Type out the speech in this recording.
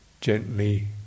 gently